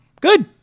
good